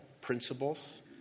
principles